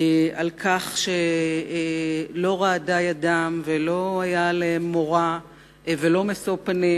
על כך שלא רעדה ידם ולא היה עליהם מורא ולא משוא פנים